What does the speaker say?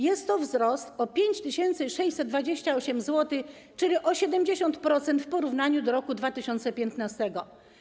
Jest to wzrost o 5628 zł, czyli o 70% w porównaniu z rokiem 2015.